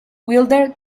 wilder